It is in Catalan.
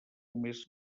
més